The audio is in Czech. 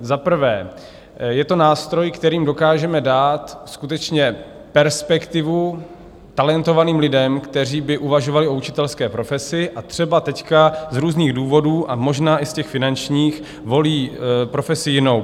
Za prvé, je to nástroj, kterým dokážeme dát skutečně perspektivu talentovaným lidem, kteří by uvažovali o učitelské profesi a třeba teď z různých důvodů, možná i těch finančních, volí profesi jinou.